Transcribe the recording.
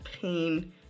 pain